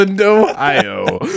Ohio